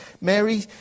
Mary